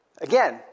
Again